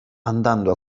andando